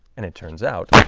and it turns out,